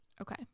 Okay